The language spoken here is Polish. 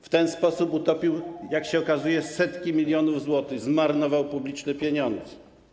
W ten sposób utopił, jak się okazuje, setki milionów złotych, zmarnował publiczne pieniądze.